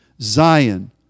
Zion